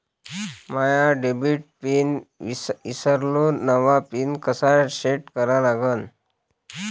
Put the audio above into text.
माया debit pin ईसरलो, नवा pin कसा सेट करा लागन?